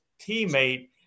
teammate